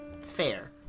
fair